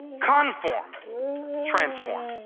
conform transform.